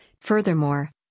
Furthermore